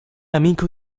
amico